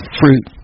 fruit